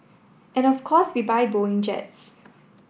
and of course we buy Boeing jets